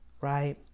right